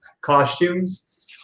costumes